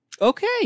Okay